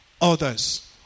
others